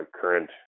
current